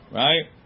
right